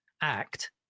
act